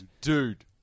Dude